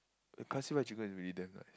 the classified chicken is really nice